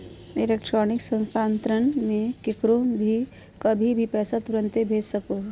electronic स्थानान्तरण मे केकरो भी कही भी पैसा तुरते भेज सको हो